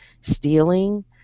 stealing